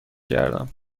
کردم